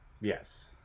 yes